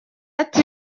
ati